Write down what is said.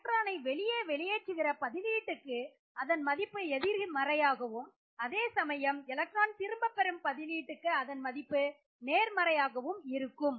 எலக்ட்ரானை வெளியே வெளியேற்றுகிற பதிலீட்டுக்கு அதன் மதிப்பு எதிர்மறையாகவும் அதேசமயம் எலக்ட்ரான் திரும்பப்பெறும் பதிலீட்டுக்கு அதன் மதிப்பு நேர்மறையாகவும் இருக்கும்